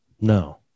no